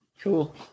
Cool